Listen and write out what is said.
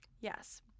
Yes